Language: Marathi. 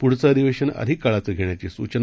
पुढचंअधिवेशनअधिककाळाचंघेण्याचीसूचना